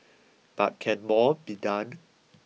but can more be done